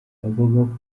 bavuga